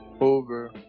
Over